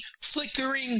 flickering